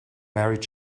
married